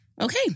okay